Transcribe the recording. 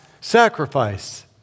sacrifice